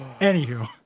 Anywho